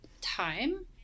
time